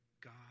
God